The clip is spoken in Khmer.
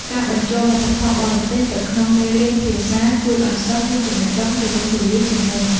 ការបញ្ចូលវប្បធម៌បរទេសទៅក្នុងមេរៀនភាសាជួយឱ្យសិស្សមានចំណេះដឹងទូលំទូលាយជាងមុន។